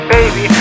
Baby